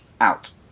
out